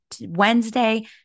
wednesday